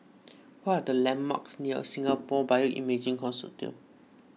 what are the landmarks near Singapore Bioimaging Consortium